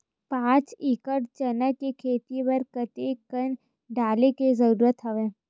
पांच एकड़ चना के खेती बर कते कन डाले के जरूरत हवय?